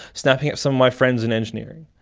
snapping up some of my friends in engineering,